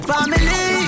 Family